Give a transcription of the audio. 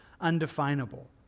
undefinable